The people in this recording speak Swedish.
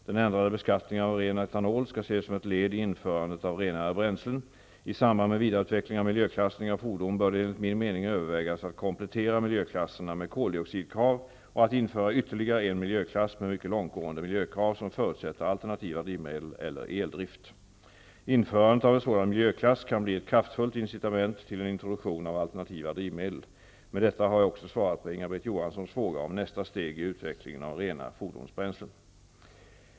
Den ändrade beskattningen av ren etanol skall ses som ett led i införandet av renare bränslen. I samband med vidareutvecklingen av miljöklassning av fordon bör det enligt min mening övervägas att komplettera miljöklasserna med koldioxidkrav och att införa ytterligare en miljöklass med mycket långtgående miljökrav, som förutsätter alternativa drivmedel eller eldrift. Införandet av en sådan miljöklass kan bli ett kraftfullt incitament till en introduktion av alternativa drivmedel. Med detta har jag också svarat på Inga-Britt Johanssons fråga om nästa steg i utvecklingen av rena fordonsbränslen.